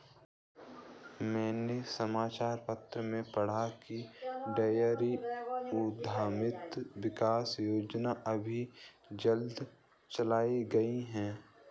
मैंने समाचार पत्र में पढ़ा की डेयरी उधमिता विकास योजना अभी जल्दी चलाई गई है